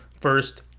first